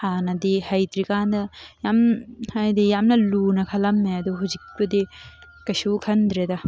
ꯍꯥꯟꯅꯗꯤ ꯍꯩꯇ꯭ꯔꯤ ꯀꯥꯟꯗ ꯌꯥꯝ ꯍꯥꯏꯗꯤ ꯌꯥꯝꯅ ꯂꯨꯅ ꯈꯜꯂꯝꯃꯦ ꯑꯗꯨ ꯍꯧꯖꯤꯛꯄꯨꯗꯤ ꯀꯩꯁꯨ ꯈꯟꯗ꯭ꯔꯦꯗ